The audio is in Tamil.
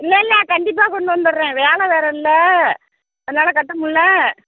இல்லை இல்லை கண்டிப்பாக கொண்டு வந்துடுறேன் வேலை வேறு இல்லை அதனால கட்ட முடில